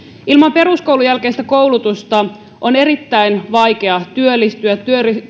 ilman peruskoulun jälkeistä koulutusta on erittäin vaikea työllistyä